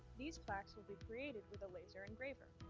these plaques will be created with a laser engraver,